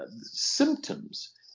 symptoms